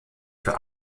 für